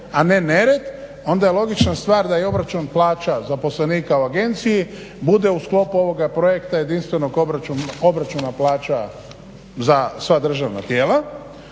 a ne nered onda je logična stvar da je i obračun plaća zaposlenika u agenciji bude u sklopu ovoga projekta jedinstvenog obračuna plaća za sva državna tijela